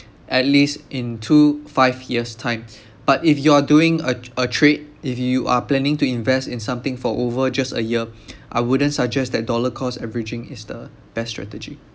at least in two five years time but if you are doing a a trade if you are planning to invest in something for over just a year I wouldn't suggest that dollar cost averaging is the best strategy